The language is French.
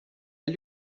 est